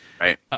right